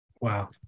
Wow